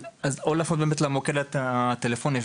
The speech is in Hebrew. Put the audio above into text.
להפנות למוקד הטלפוני.